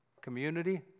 Community